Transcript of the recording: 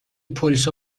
پلیسا